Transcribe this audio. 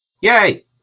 Yay